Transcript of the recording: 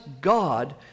God